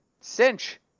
Cinch